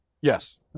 yes